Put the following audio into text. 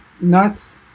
Nuts